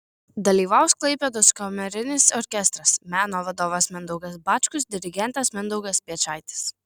dalyvaus klaipėdos kamerinis orkestras meno vadovas mindaugas bačkus dirigentas mindaugas piečaitis